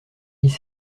dix